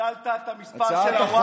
הגדלת את המספר של הווקף?